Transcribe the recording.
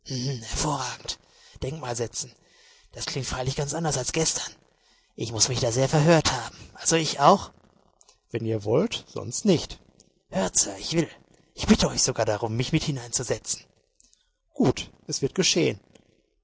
hervorragend denkmal setzen das klingt freilich ganz anders als gestern ich muß mich da sehr verhört haben also ich auch wenn ihr wollt sonst nicht hört sir ich will ich bitte euch sogar darum mich mit hineinzusetzen gut es wird geschehen